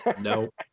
No